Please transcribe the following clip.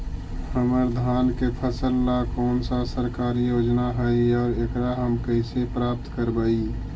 हमर धान के फ़सल ला कौन सा सरकारी योजना हई और एकरा हम कैसे प्राप्त करबई?